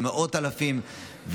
במאות אלפים,